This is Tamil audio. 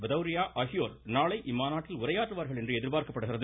பதவ்ரியா ஆகியோர் நாளை இம்மாநாட்டில் உரையாற்றுவார்கள் என்று எதிர்பார்க்கப்படுகிறது